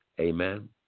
Amen